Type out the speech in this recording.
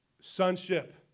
sonship